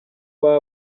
baba